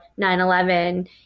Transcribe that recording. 9-11